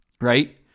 right